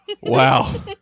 Wow